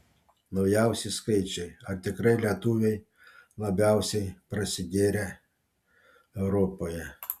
naujausi skaičiai ar tikrai lietuviai labiausiai prasigėrę europoje